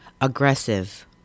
Aggressive